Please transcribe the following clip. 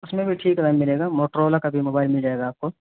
اس میں بھی ٹھیک ریم ملے گا موٹورولا کا بھی موبائل ملے گا آپ کو